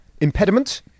impediment